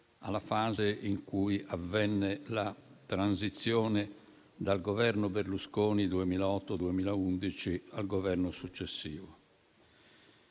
alla fase in cui avvenne la transizione dal Governo Berlusconi 2008-2011 al Governo successivo.